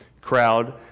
crowd